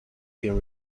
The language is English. can